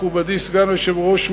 מכובדי סגן היושב-ראש,